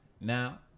Now